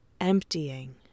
emptying